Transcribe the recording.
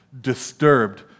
disturbed